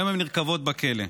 היום הן נרקבות בכלא.